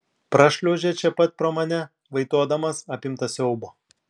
prašliaužia čia pat pro mane vaitodamas apimtas siaubo